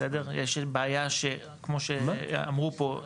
יש בעיה כמו שאמרו פה.